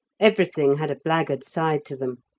everything had a blackguard side to them.